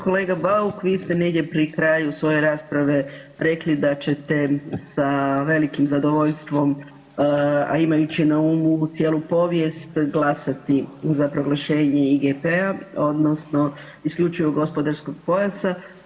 Kolega Bauk vi ste negdje pri kraju svoje rasprave rekli da ćete sa velikim zadovoljstvom, a imajući na umu cijelu povijest glasati za proglašenje IGP-a odnosno isključivog gospodarskog pojasa.